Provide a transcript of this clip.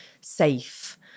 safe